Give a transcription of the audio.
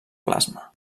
plasma